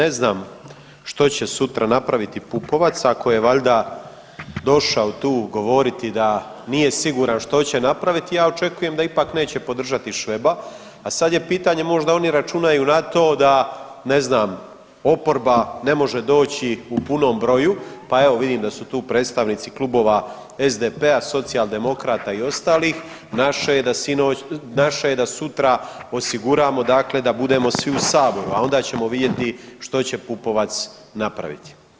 Dakle, ne znam šta će sutra napraviti Pupovac, ako je valjda došao tu govoriti da nije siguran što će napraviti, ja očekujem da ipak neće podržati Šveba a sad je pitanje možda oni računaju na to da ne znam, oporba ne može doći u punom broju, pa evo, vidim da su tu predstavnici klubova SDP-a, Socijaldemokrata i ostalih, naše je da sutra osiguram odakle da budemo svi u Saboru a onda ćemo vidjeti što će Pupovac napraviti.